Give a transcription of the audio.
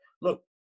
Look